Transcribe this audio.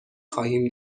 خواهیم